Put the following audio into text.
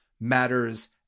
matters